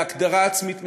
להגדרה עצמית משלו.